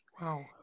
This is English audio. Wow